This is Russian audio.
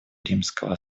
римского